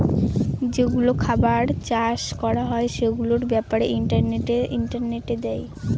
যেগুলো খাবার চাষ করা হয় সেগুলোর ব্যাপারে ইন্টারনেটে দেয়